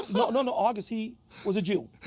but and and august he was a jew.